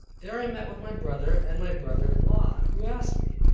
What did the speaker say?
there i met with my brother, and my brother-in-law, who asked me,